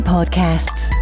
Podcasts